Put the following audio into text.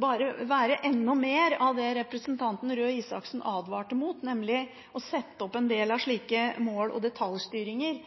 bare være enda mer av det representanten Røe Isaksen advarte mot, nemlig å sette opp en del slike mål- og detaljstyringer,